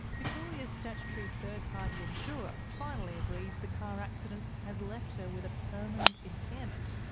victoria's statutory third-party insurer finally agrees the car accident has left her with a permanent impairment,